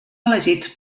elegits